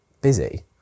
busy